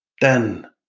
den